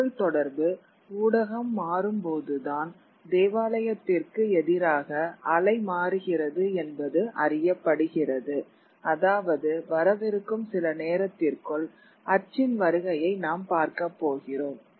தகவல்தொடர்பு ஊடகம் மாறும்போதுதான் தேவாலயத்திற்கு எதிராக அலை மாறுகிறது என்பது அறியப்படுகிறது அதாவதுவரவிருக்கும் சில நேரத்திற்குள் அச்சின் வருகையை நாம் பார்க்கப்போகிறோம்